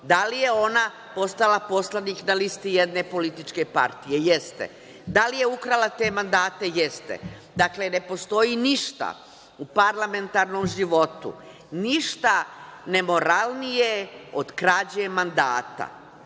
Da li je ona postala poslanik na listi jedne političke partije? Jeste. Da li je ukrala te mandate? Jeste. Dakle, ne postoji ništa u parlamentarnom životu, ništa nemoralnije od krađe mandata.